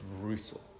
brutal